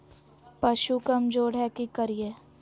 पशु कमज़ोर है कि करिये?